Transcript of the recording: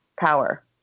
power